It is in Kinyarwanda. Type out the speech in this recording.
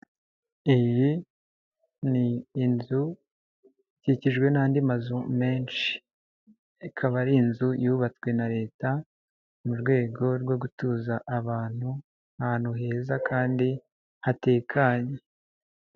Iyi ni inzu ikikijwe n'andi mazu menshi, ikaba ari inzu yubatswe na leta mu rwego rwo gutuza abantu ahantu heza kandi hatekanye.